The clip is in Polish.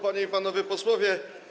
Panie i Panowie Posłowie!